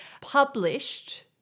published